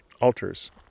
altars